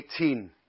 18